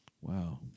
wow